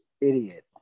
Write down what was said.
idiot